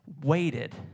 waited